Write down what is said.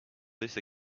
this